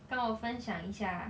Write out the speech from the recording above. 跟我分享一下